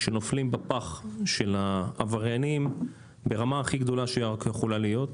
שנופלים בפח של העבריינים ברמה הכי גדולה שרק יכולה להיות.